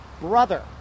brother